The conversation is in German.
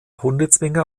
hundezwinger